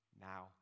now